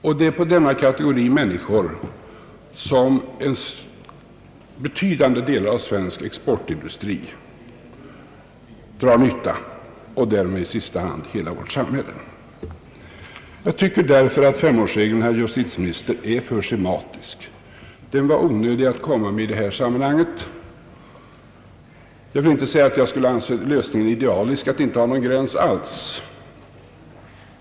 Det är av denna kategori människor som en betydande del av svensk exportindustri drar nytta och därmed i sista hand hela vårt samhälle. Jag tycker därför, herr justitieminister, att femårsregeln är för schematisk. Den var onödig att komma med i detta sammanhang. Jag vill inte säga att jag skulle ha ansett den idealiska lösningen vara att inte ha någon gräns alls.